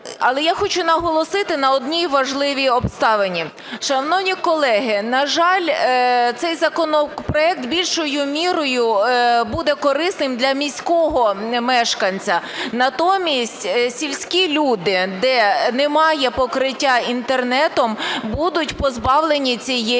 Але я хочу наголосити на одній важливій обставині. Шановні колеги, на жаль, цей законопроект більшою мірою буде корисним для міського мешканця. Натомість сільські люди, де немає покриття Інтернету, будуть позбавлені цієї